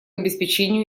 обеспечению